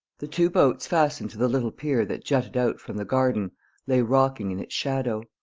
the two boats fastened to the little pier that jutted out from the garden lay rocking in its shadow.